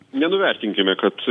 nenuvertinkime kad